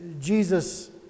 Jesus